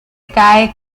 cae